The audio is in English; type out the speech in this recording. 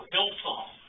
Hillsong